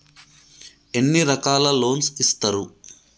ఎన్ని రకాల లోన్స్ ఇస్తరు?